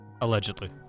Allegedly